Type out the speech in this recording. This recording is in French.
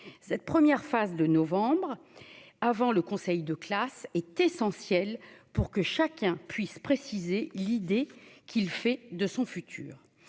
cette première phase de novembre avant le conseil de classe est essentielle pour que chacun puisse préciser l'idée qu'il fait de son futur